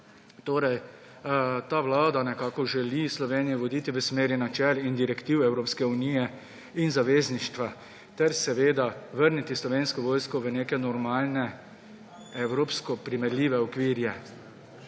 Ta vlada nekako želi Slovenijo voditi v smeri načel in direktiv Evropske unije in zavezništva ter seveda vrniti Slovensko vojsko v neke normalne, evropsko primerljive okvire.